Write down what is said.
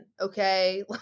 Okay